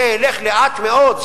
זה ילך לאט מאוד,